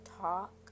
talk